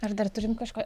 ar dar turim kažko